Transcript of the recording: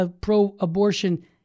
pro-abortion